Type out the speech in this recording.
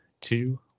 two